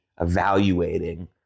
evaluating